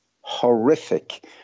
horrific